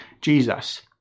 Jesus